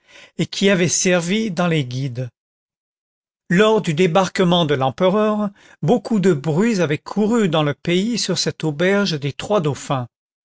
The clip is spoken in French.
et qui avait servi dans les guides lors du débarquement de l'empereur beaucoup de bruits avaient couru dans le pays sur cette auberge des